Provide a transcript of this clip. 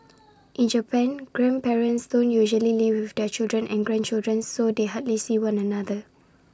in Japan grandparents don't usually live with their children and grandchildren so they hardly see one another